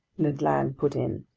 ned land put in,